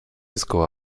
zgoła